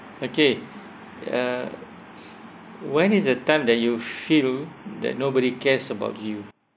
okay uh when is the time that you feel that nobody cares about you